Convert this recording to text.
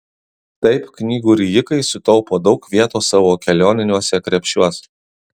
taip knygų rijikai sutaupo daug vietos savo kelioniniuose krepšiuos